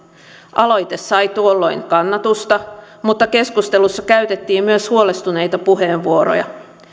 aloite sai tuolloin kannatusta mutta keskustelussa käytettiin myös huolestuneita puheenvuoroja